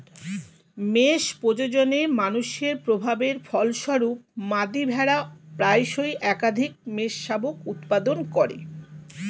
মেষ প্রজননে মানুষের প্রভাবের ফলস্বরূপ, মাদী ভেড়া প্রায়শই একাধিক মেষশাবক উৎপাদন করে